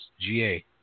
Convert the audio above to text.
GA